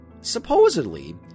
supposedly